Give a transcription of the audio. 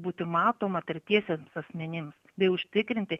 būti matoma tretiesiems asmenim bei užtikrinti